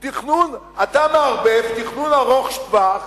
תכנון ארוך טווח